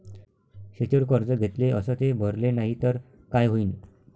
शेतीवर कर्ज घेतले अस ते भरले नाही तर काय होईन?